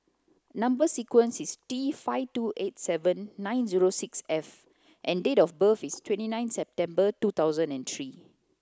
number sequence is T five two eight seven nine zero six F and date of birth is twenty nine September two thousand and three